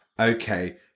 Okay